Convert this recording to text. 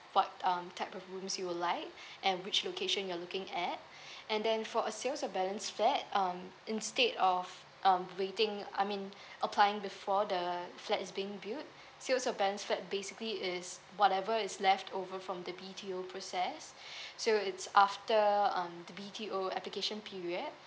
what um type of rooms you'd like and which location you're looking at and then for a sales of balance flat um instead of um waiting I mean applying before the flat is being built sales of balance flat basically is whatever is left over from the B_T_O process so it's after um the B_T_O application period